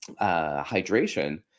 hydration